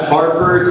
Harper